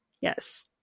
yes